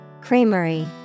Creamery